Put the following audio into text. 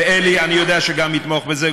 ואלי אני יודע שגם יתמוך בזה,